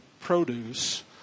produce